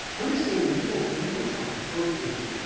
understand when you go into a company for an interview,